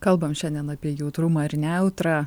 kalbam šiandien apie jautrumą ir nejautrą